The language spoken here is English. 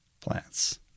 Plants